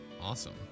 Awesome